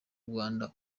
rwanda